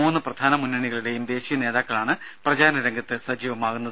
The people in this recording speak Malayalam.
മൂന്ന് പ്രധാന മുന്നണികളുടെയും ദേശീയ നേതാക്കളാണ് പ്രചാരണരംഗത്ത് സജീവമാകുന്നത്